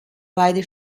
beide